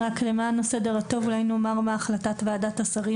רק למען הסדר הטוב אולי נאמר מה החלטת ועדת השרים